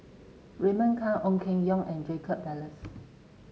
Raymond Kang Ong Keng Yong and Jacob Ballas